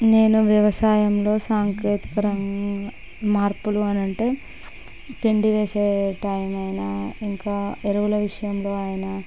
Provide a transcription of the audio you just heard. నేను వ్యవసాయంలో సాంకేతిక మార్పులు అనంటే పిండివేసే టైం అయినా ఇంకా ఎరువుల విషయంలో అయినా